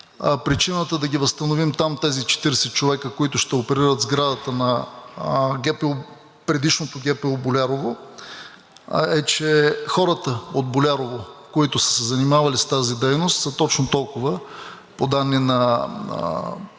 Причината да ги възстановим там тези 40 човека, които ще оперират сградата на предишното ГПУ „Болярово“, е, че хората от Болярово, които са се занимавали с тази дейност, са точно толкова по данни на